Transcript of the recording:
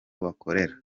bakorera